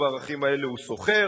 בערכים האלה הוא סוחר.